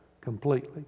completely